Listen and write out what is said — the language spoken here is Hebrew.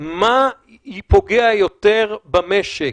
מה פוגע יותר במשק,